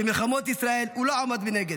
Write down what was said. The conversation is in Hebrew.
במלחמות ישראל הוא לא עמד מנגד,